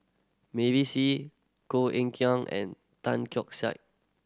Koh Eng Kian and Tan Saik